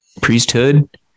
priesthood